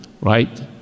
right